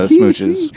Smooches